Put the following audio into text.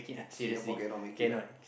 Singapore cannot make it ah